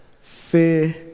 Fear